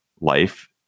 life